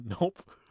nope